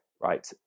right